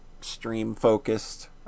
stream-focused